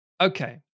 Okay